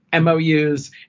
MOUs